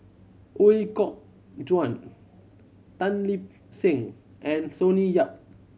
Ooi Kok Chuen Tan Lip Seng and Sonny Yap